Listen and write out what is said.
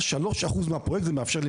כי חלק מיחידות הדיור הן משלנו.